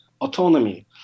autonomy